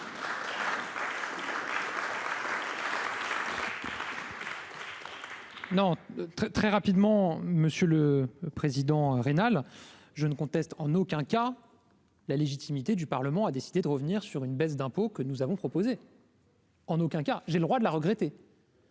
très très rapidement, monsieur le Président rénale je ne conteste en aucun cas la légitimité du Parlement, a décidé de revenir sur une baisse d'impôts que nous avons proposé. En aucun cas j'ai le droit de la regretter.